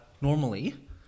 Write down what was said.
normally